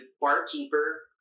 barkeeper